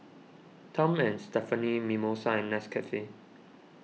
Tom and Stephanie Mimosa and Nescafe